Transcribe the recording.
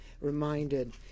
reminded